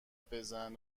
بزن